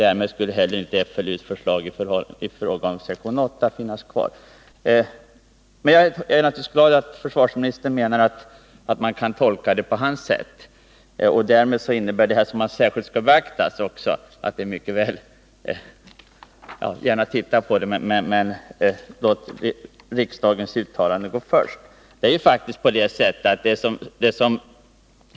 Därmed skulle inte heller FLU:s förslag i fråga om sektion 8 vara aktuellt. Men jag är naturligtvis glad över att försvarsministern menar att man kan göra den tolkning som han här angivit. Man låter alltså riksdagens uttalande gå före uppdraget att propositionens ord särskilt skall beaktas.